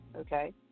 okay